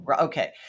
Okay